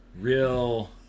Real